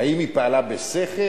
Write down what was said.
האם היא פעלה בשכל?